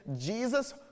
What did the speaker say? Jesus